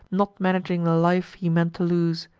not managing the life he meant to lose.